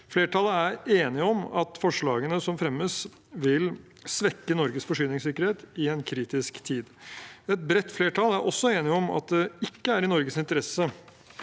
Flertallet er enige om at forslagene som fremmes, vil svekke Norges forsyningssikkerhet i en kritisk tid. Et bredt flertall er også enige om at det ikke er i Norges interesse